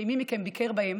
שאם מי מכם ביקר בהם,